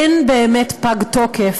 אין באמת פג תוקף,